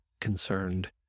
concerned